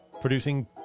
producing